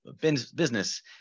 business